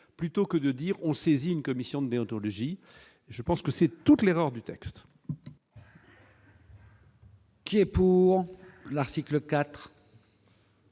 plutôt que de dire on saisit une commission d'déontologie, je pense que c'est toute l'erreur du texte. Qui est pour l'article IV.